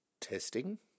Testing